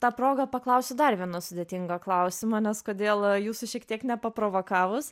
ta proga paklausiu dar vieno sudėtingo klausimo nes kodėl jūsų šiek tiek nepaprovokavus